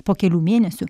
po kelių mėnesių